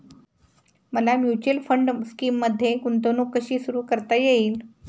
मला mutual fund स्कीममध्ये गुंतवणूक कशी सुरू करता येईल?